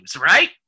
right